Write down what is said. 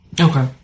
Okay